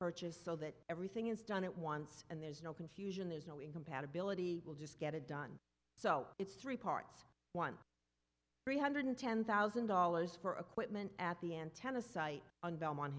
purchase so that everything is done at once and there's no confusion there's no in compatibility we'll just get it done so it's three parts one three hundred ten thousand dollars for equipment at the antenna site on belmont